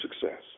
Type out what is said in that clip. success